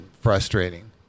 frustrating